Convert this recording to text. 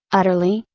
utterly,